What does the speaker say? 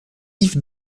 yves